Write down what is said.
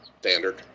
Standard